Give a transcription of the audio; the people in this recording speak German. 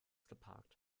geparkt